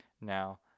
Now